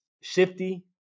shifty